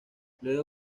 luego